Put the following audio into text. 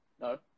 No